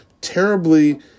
terribly